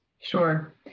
Sure